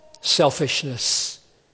selfishness